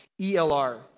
ELR